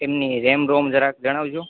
એમની RAM ROM જરાક જણાવજો